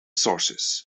sources